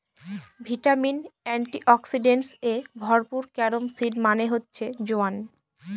vitamin, antioxidants এ ভরপুর carom seed মানে হচ্ছে জোয়ান